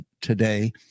today